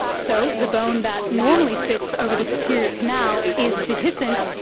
so, the bone that normally sits over the superior canal is dehiscent,